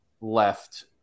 left